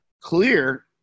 clear